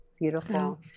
Beautiful